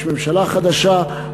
יש ממשלה חדשה,